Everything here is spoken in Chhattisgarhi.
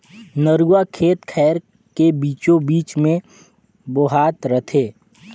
नरूवा खेत खायर के बीचों बीच मे बोहात रथे